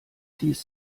dies